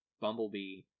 Bumblebee